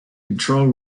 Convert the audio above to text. control